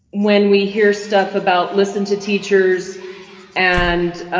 when we hear stuff about, listen to teachers and